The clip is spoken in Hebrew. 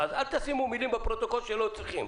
אז אל תשימו מילים בפרוטוקול שלא צריכים.